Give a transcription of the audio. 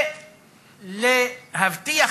ולהבטיח